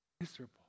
Miserable